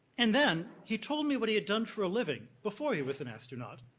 and then, he told me what he had done for a living before he was an astronaut.